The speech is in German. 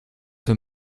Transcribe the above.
für